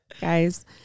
guys